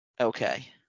okay